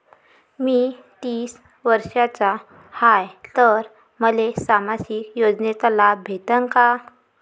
मी तीस वर्षाचा हाय तर मले सामाजिक योजनेचा लाभ भेटन का?